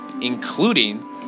including